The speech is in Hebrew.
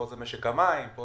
פה זה משק המים, פה